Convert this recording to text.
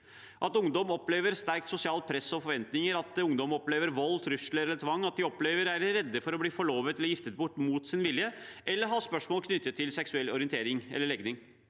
at ungdom opplever sterkt sosialt press og forventninger, at de opplever vold, trusler eller tvang, at de er redde for å bli forlovet eller giftet bort mot sin vilje, eller at de har spørsmål knyttet til seksuell orientering eller legning.